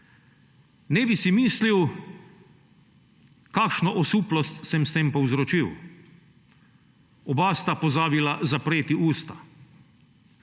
Ne bi si mislil, kakšno osuplost sem s tem povzročil. Oba sta pozabila zapreti usta.